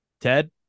Ted